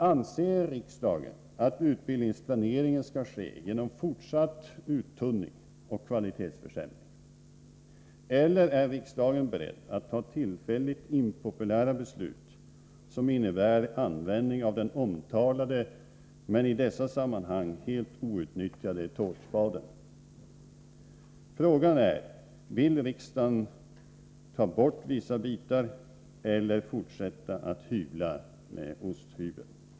Anser riksdagen att utbildningsplaneringen skall ske genom fortsatt uttunning och kvalitetsförsämring, eller är riksdagen beredd att fatta tillfälligt impopulära beslut, som innebär användning av den omtalade men i dessa sammanhang helt outnyttjade tårtspaden? Frågan är: Vill riksdagen ta bort vissa bitar eller fortsätta att hyvla med osthyvel?